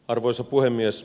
arvoisa puhemies